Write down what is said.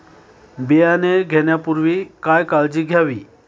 बियाणे घेण्यापूर्वी काय काळजी घ्यावी?